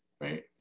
Right